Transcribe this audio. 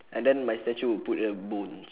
and then my statue would put here bones